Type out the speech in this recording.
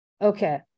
okay